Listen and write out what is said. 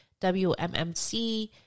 WMMC